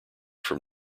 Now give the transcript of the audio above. from